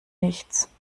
nichts